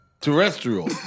Terrestrial